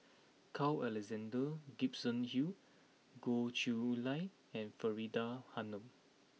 Carl Alexander Gibson Hill Goh Chiew Lye and Faridah Hanum